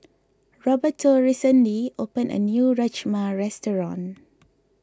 Roberto recently opened a new Rajma restaurant